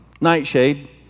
Nightshade